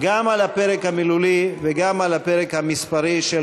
גם על הפרק המילולי וגם על הפרק המספרי של